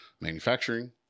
manufacturing